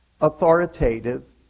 authoritative